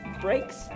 breaks